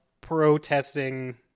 protesting